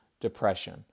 depression